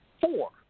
Four